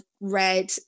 read